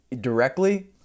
directly